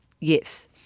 Yes